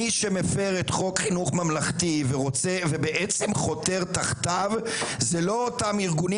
מי שמפר את חוק חינוך ממלכתי ובעצם חותר תחתיו זה לא אותם ארגונים